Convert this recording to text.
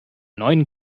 neuen